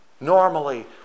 Normally